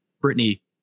Brittany